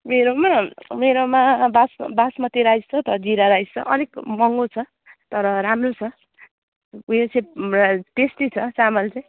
मेरोमा मेरोमा बास बासमती राइस छ त जिरा राइस छ अलिक महँगो छ तर राम्रो छ उयो चाहिँ र टेस्टी छ चामल चाहिँ